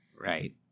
Right